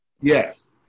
Yes